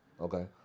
Okay